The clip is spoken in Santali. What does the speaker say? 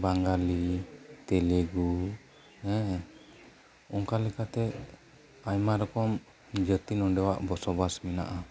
ᱵᱟᱝᱜᱟᱞᱤ ᱛᱮᱞᱮᱜᱩ ᱦᱮᱸ ᱚᱱᱠᱟ ᱞᱮᱠᱟᱛᱮ ᱟᱭᱢᱟ ᱨᱚᱠᱚᱢ ᱡᱟᱹᱛᱤ ᱱᱚᱰᱮᱭᱟᱜ ᱵᱚᱥᱚ ᱵᱟᱥ ᱢᱮᱱᱟᱜᱼᱟ